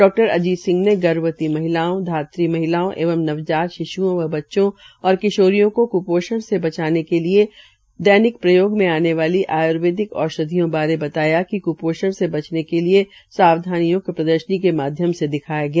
डा अजीत सिंह ने गर्भवती मिहलाओं धागी मिहलाओं एंव नवजात शिश्रओं बच्चों व किशोरियों को क्पोषण से बचाने के लिए दैनिक प्रयोग में आने वाली आयर्वेदिक औषाधियों बारे बताया कृपोषण से बचने के लिए सावधनियों की प्रदर्शनी के माध्यम से दिखाया गया